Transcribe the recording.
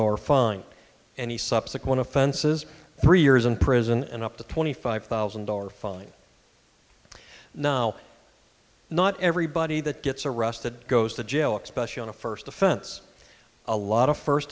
dollar fine and the subsequent offenses three years in prison and up to twenty five thousand dollars fine now not everybody that gets arrested goes to jail expression a first offense a lot of first